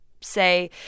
say